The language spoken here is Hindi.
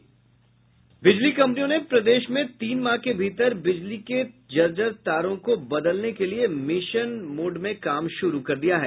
बिजली कंपनी ने प्रदेश में तीन माह के भीतर बिजली के जर्जर तारों को बदलने के लिए मिशन मोड में काम शुरू दिया है